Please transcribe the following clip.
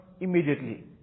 immediately